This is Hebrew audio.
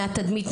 מהתדמית,